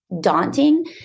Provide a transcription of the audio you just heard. daunting